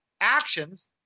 actions